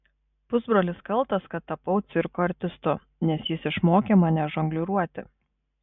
pusbrolis kaltas kad tapau cirko artistu nes jis išmokė mane žongliruoti